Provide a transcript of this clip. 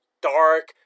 dark